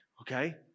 okay